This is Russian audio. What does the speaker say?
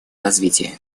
развития